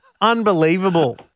Unbelievable